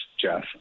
Jeff